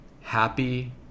happy